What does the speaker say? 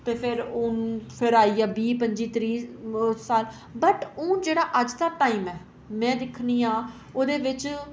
ते फिर हून फिर आई गेआ बीह् पंजी त्रीह् साल बट हून जेह्ड़ा अज्ज दा टाइम ऐ में दिक्खनी आं ओह्दे बिच्च